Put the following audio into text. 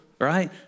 right